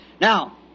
Now